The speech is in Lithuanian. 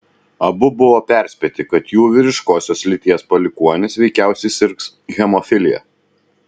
abu buvo perspėti kad jų vyriškosios lyties palikuonis veikiausiai sirgs hemofilija